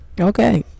okay